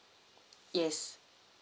yes